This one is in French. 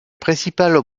principales